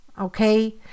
okay